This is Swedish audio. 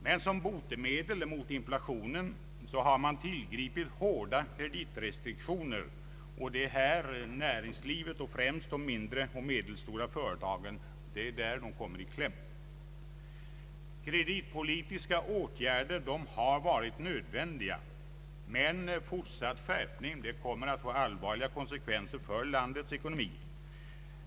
Men som botemedel mot inflationen har man tillgripit hårda kreditrestriktioner, och det är här näringslivet och främst de mindre och medelstora företagen som kommer i kläm. Kreditpolitiska åtgärder har varit nödvändiga, men fortsatt skärpning kommer att få allvarliga konsekvenser för landets ekonomi.